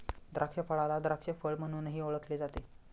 द्राक्षफळाला द्राक्ष फळ म्हणूनही ओळखले जाते